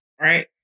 Right